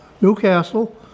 Newcastle